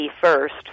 first